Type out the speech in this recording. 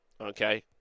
Okay